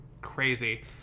crazy